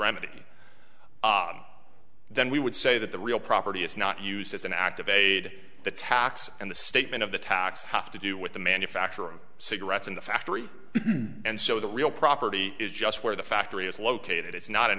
remedy then we would say that the real property is not used as an activated the tax and the statement of the tax have to do with the manufacture of cigarettes in the factory and so the real property is just where the factory is located it's not an